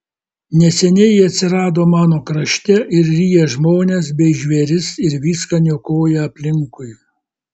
neseniai ji atsirado mano krašte ir ryja žmones bei žvėris ir viską niokoja aplinkui